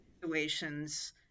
situations